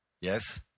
Yes